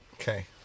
Okay